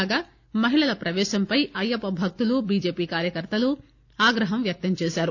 కాగా మహిళల ప్రవేశంపై అయ్యప్ప భక్తులు బీజేపీ కార్యకర్తలు ఆగ్రహం వ్యక్తంచేశారు